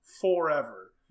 forever